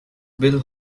bill